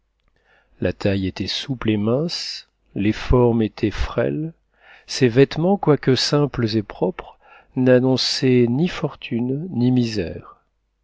la taille était souple et mince les formes étaient frêles ses vêtements quoique simples et propres n'annonçaient ni fortune ni misère